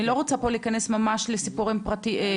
לא רוצה פה ממש להיכנס לסיפורים פרטניים,